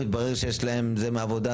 התברר שיש להם זה מעבודה,